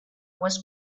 was